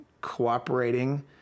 cooperating